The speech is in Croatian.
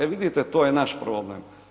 E vidite to je naš problem.